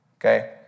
Okay